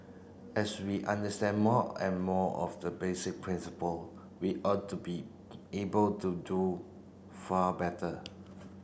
as we understand more and more of the basic principle we ought to be able to do far better